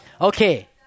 Okay